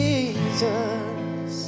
Jesus